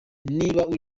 niba